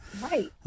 right